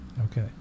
okay